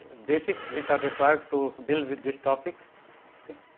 basics which are required to deal with this topic ok.